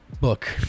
book